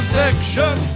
section